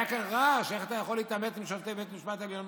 היה כאן רעש: איך אתה יכול להתעמת עם שופטי בית המשפט העליון?